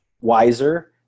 wiser